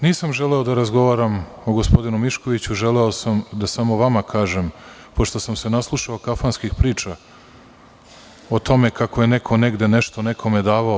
Nisam želeo da razgovaram o gospodinu Miškoviću, želeo sam da samo vama kažem, pošto sam se naslušao kafanskih priča o tome kako je neko negde nešto nekome davao.